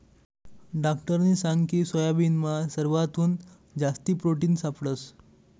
डाक्टरनी सांगकी सोयाबीनमा सरवाथून जास्ती प्रोटिन सापडंस